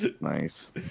Nice